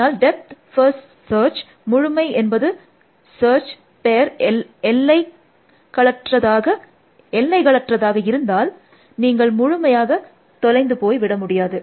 அதனால் depth first சர்ச்சின் முழுமை என்பது சர்ச் பேர் எல்லைகளற்றதாக இருந்தால் நீங்கள் முழுமையாக தொலைந்து போய் விட முடியாது